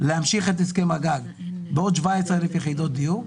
להמשיך את הסכם הגג בעוד 17,000 יחידות דיור,